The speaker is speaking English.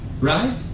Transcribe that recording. right